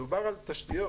דובר על תשתיות,